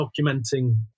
documenting